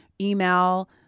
email